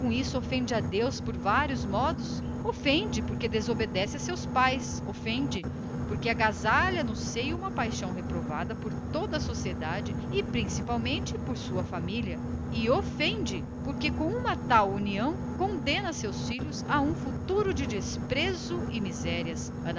isso ofende a deus por vários modos ofende porque desobedece a seus pais ofende porque agasalha no seio uma paixão reprovada por toda a sociedade e principalmente por sua família e ofende porque com semelhante união condenará seus futuros filhos a um destino ignóbil e acabrunhado de misérias